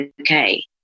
okay